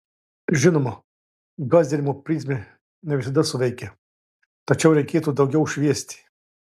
žinoma gąsdinimo prizmė ne visada suveikia tačiau reikėtų daugiau šviesti